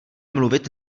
mluvit